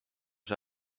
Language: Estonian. see